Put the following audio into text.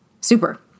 super